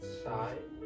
side